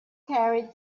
carried